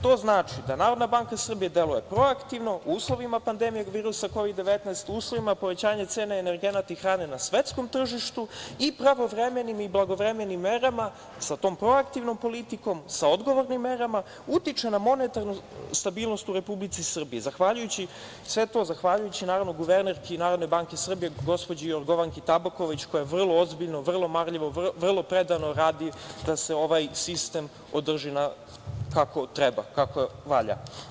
To znači, da Narodna banka Srbije deluje proaktivno u uslovima pandemije virusa Kovid – 19, u uslovima povećanja cene energenata i hrane na svetskom tržištu i pravovremenim i blagovremenim merama sa tom proaktivnom politikom, sa odgovornim merama utiče na monetarnu stabilnost u Republici Srbiji, sve to zahvaljujući naravno guvernerki Narodne banke Srbije, gospođi Jorgovanki Tabaković koja vrlo ozbiljno, vrlo marljivo, vrlo predano radi da se ovaj sistem održi kako treba, kako valja.